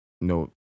no